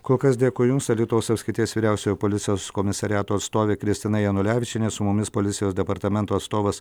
kol kas dėkui jums alytaus apskrities vyriausiojo policijos komisariato atstovė kristina janulevičienė su mumis policijos departamento atstovas